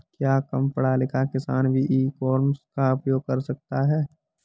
क्या कम पढ़ा लिखा किसान भी ई कॉमर्स का उपयोग कर सकता है?